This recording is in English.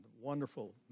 wonderful